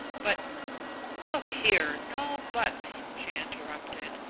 but look here, no buts! she interrupted.